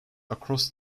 across